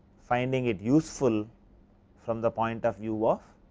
finding it useful from the point of view of,